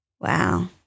wow